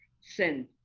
sin